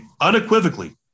unequivocally